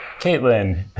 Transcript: Caitlin